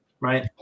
right